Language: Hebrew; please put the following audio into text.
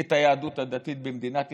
את היהדות הדתית במדינת ישראל.